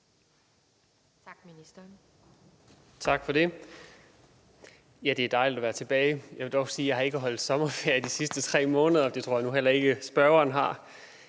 Tak for det. Ja, det er dejligt at være tilbage. Jeg vil dog sige, at jeg ikke har holdt sommerferie i de sidste 3 måneder. Det tror jeg nu heller ikke spørgeren har.